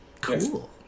Cool